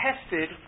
tested